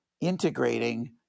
integrating